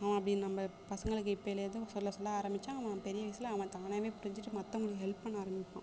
அவன் அப்படி நம்ப பசங்களுக்கு இப்பைலந்து சொல்ல சொல்ல ஆரம்பிச்சால் அவன் பெரிய வயசில் அவன் தானாகவே புரிஞ்சிகிட்டு மற்றவுங்களுக்கு ஹெல்ப் பண்ண ஆரம்பிப்பான்